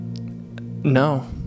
no